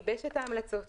גיבש את המלצותיו,